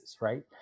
right